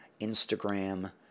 Instagram